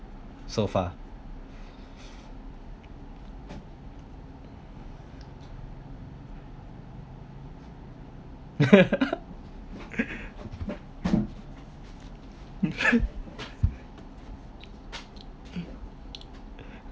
so far